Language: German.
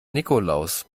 nikolaus